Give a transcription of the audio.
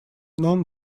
non